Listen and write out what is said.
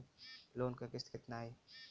Loan क किस्त कितना आई?